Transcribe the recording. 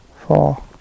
four